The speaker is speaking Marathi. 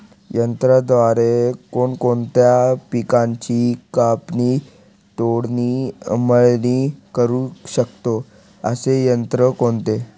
यंत्राद्वारे कोणकोणत्या पिकांची कापणी, तोडणी, मळणी करु शकतो, असे यंत्र कोणते?